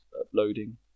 uploading